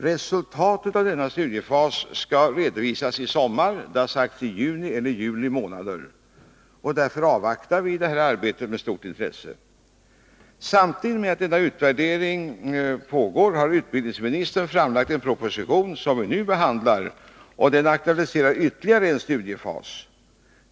Resultatet av denna studiefas skall redovisas i sommar — i juni eller juli har det sagts. Därför avvaktar vi resultatet av detta arbete med stort intresse. Samtidigt som denna utvärdering pågår har utbildningsministern framlagt den proposition som vi nu behandlar, och den aktualiserar ytterligare en studiefas.